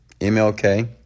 MLK